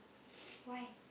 why